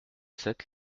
sept